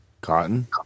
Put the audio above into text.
Cotton